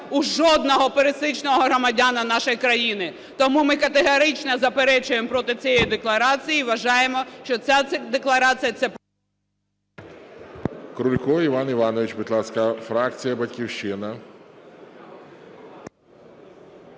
у жодного пересічного громадянина нашої країни. Тому ми категорично заперечуємо проти цієї декларації і вважаємо, що ця декларація… ГОЛОВУЮЧИЙ.